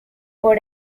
por